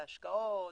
בהשקעות,